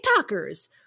TikTokers